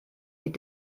die